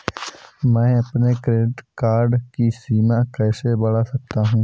मैं अपने credit card की सीमा कैसे बढ़ा सकता हूँ?